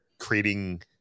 creating